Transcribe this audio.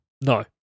No